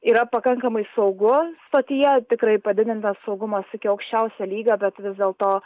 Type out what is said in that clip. yra pakankamai saugu stotyje tikrai padidintas saugumas iki aukščiausio lygio bet vis dėlto